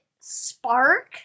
Spark